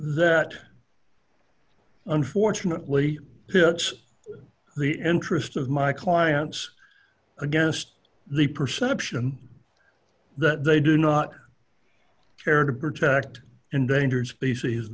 that unfortunately hits the interest of my clients against the perception that they do not care to protect endangered species